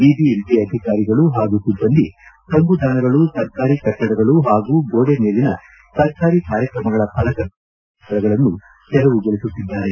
BBMP ಅಧಿಕಾರಿಗಳು ಹಾಗೂ ಸಿಬ್ಬಂದಿ ತಂಗುದಾಣಗಳು ಸರ್ಕಾರಿ ಕಟ್ಟಡಗಳು ಹಾಗೂ ಗೋಡೆ ಮೇಲಿನ ಸರ್ಕಾರಿ ಕಾರ್ಯಕ್ರಮಗಳ ಫಲಕಗಳು ಕಟೌಟ್ಭಿತ್ತಿಪತ್ರಗಳನ್ನು ತೆರವುಗೊಳಿಸುತ್ತಿದ್ದಾರೆ